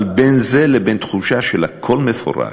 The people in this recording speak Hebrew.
אבל בין זה לבין תחושה שהכול מפורק,